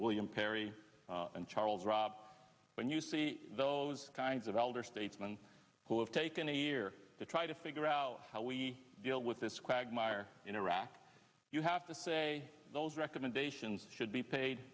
william perry and charles robb when you see those kinds of elder statesman who have taken a year to try to figure out how we deal with this quagmire in iraq you have to say those recommendations should be paid